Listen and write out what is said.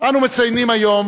אנו מציינים היום